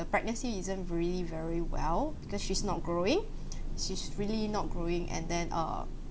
the pregnancy isn't really very well because she's not growing she's really not growing and then err